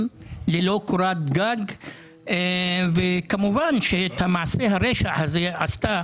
ללא קורת גג וכמובן שאת מעשה הרשע הזה עשתה